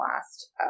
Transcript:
last